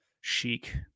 chic